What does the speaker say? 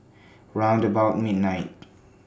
round about midnight